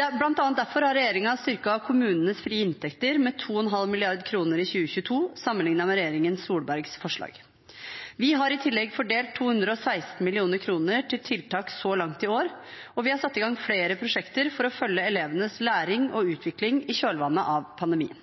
Blant annet derfor har regjeringen styrket kommunenes frie inntekter med 2,5 mrd. kr i 2022 sammenlignet med regjeringen Solbergs forslag. Vi har i tillegg fordelt 216 mill. kr til tiltak så langt i år, og vi har satt i gang flere prosjekter for å følge elevenes læring og utvikling i kjølvannet av pandemien.